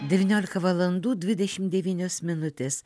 devyniolika valandų dvidešimt devynios minutės